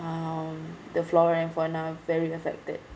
um the flora and fauna very affected